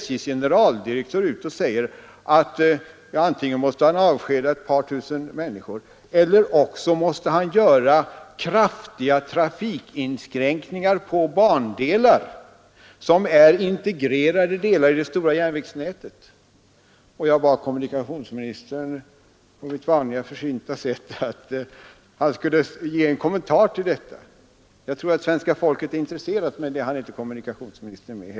SJ:s generaldirektör säger att antingen måste han avskeda ett par tusen människor eller också måste han göra kraftiga trafikinskränkningar på dessa bandelar som ju är integrerade delar i det stora järnvägsnätet. Jag bad kommunikationsministern, på mitt vanliga försynta sätt, att ge en kommentar till detta — jag tror att svenska folket är intresserat — men inte heller det hann kommunikationsministern med.